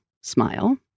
smile